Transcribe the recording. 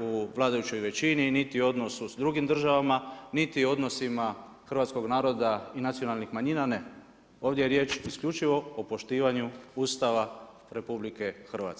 u vladajućoj većini, niti o odnosu s drugim državama, niti odnosima hrvatskog naroda i nacionalnih manjina, ne, ovdje je riječ isključivo o poštivanju Ustava RH.